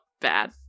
bad